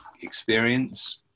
experience